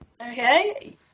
Okay